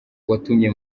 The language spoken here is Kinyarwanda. yatumye